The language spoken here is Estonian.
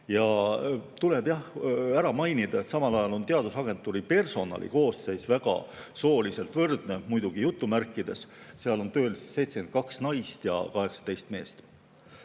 Tuleb ära mainida, et samal ajal on teadusagentuuri personali koosseis väga sooliselt võrdne, muidugi jutumärkides: seal on tööl 72 naist ja 18 meest.